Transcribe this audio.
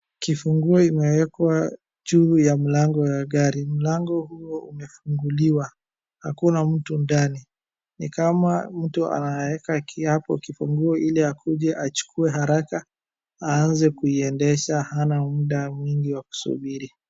Kifunguo imewekwa juu ya mlango ya gari. Mlango huo umefunguliwa. Hakuna mtu ndani. Ni kama mtu anaeka hapo kifunguo ili akuje achukue haraka aanze kuiendesha, hana muda mwingi wa kusubiri.